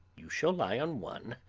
you shall lie on one,